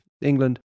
England